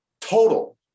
total